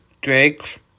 Drake's